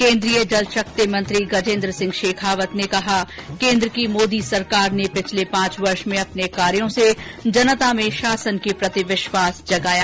केन्द्रीय जलशक्ति मंत्री गजेन्द्र सिंह शेखावत ने कहा केन्द्र की मोदी सरकार ने पिछले पांच वर्ष में अपने कार्यो से जनता में शासन के प्रति विश्वास जगाया